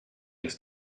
des